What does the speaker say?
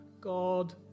God